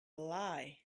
lie